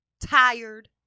tired